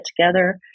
together